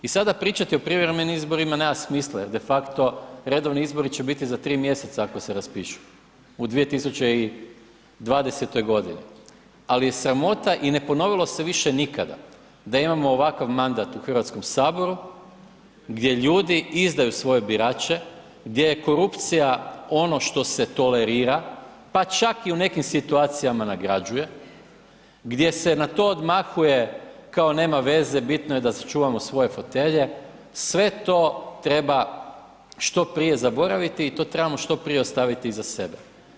I sada pričati o prijevremenim izborima nema smisla jer de facto redovni izbori će biti za 3 mjeseca ako se raspišu u 2020. godini, ali je sramota i ne ponovilo se više nikada da imamo ovakav mandat u Hrvatskom saboru gdje ljudi izdaju svoje birače gdje je korupcija ono što se tolerira, pa čak i u nekim situacijama nagrađuje, gdje se na to odmahuje kao nema veze bitno je da sačuvamo svoje fotelje, sve to treba što prije zaboraviti i to trebamo što prije ostaviti iza sebe.